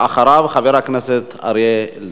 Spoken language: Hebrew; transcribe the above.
ואחריו, חבר הכנסת אריה אלדד,